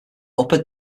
upper